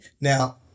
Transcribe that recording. now